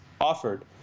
offered